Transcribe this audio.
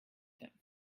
him